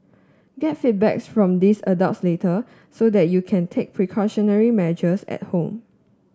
get feedback from these adults later so that you can take precautionary measures at home